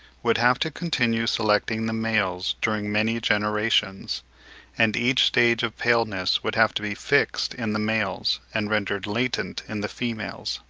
would have to continue selecting the males during many generations and each stage of paleness would have to be fixed in the males, and rendered latent in the females.